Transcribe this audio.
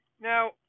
Now